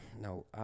No